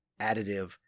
additive